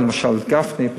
למשל גפני,